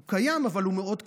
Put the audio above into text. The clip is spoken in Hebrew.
הוא קיים, אבל הוא מאוד קטן.